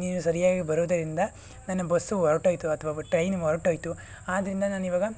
ನೀನು ಸರಿಯಾಗಿ ಬರೋದರಿಂದ ನನ್ನ ಬಸ್ಸು ಹೊರಟೋಯ್ತು ಅಥ್ವಾ ಟ್ರೈನ್ ಹೊರಟೋಯ್ತು ಆದ್ರಿಂದ ನಾನು ಇವಾಗ